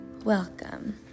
Welcome